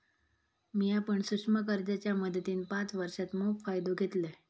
मिया पण सूक्ष्म कर्जाच्या मदतीन पाच वर्षांत मोप फायदो घेतलंय